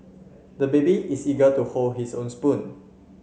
the baby is eager to hold his own spoon